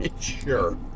Sure